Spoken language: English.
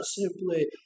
simply